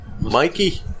Mikey